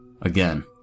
Again